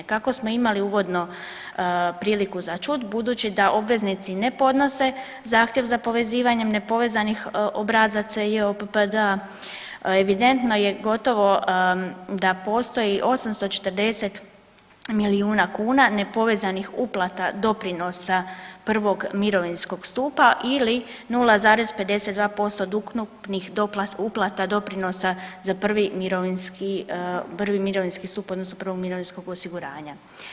Kako smo imali uvodno priliku za čut budući da obveznici ne podnese zahtjev za povezivanjem nepovezanih obrazaca JOPPD-a evidentno je gotovo da postoji 840 milijuna kuna nepovezanih uplata doprinosa prvog mirovinskog stupa ili 0,52% od ukupnih uplata doprinosa za prvi mirovinski, prvi mirovinski stup odnosno prvog mirovinskog osiguranja.